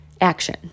action